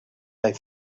hij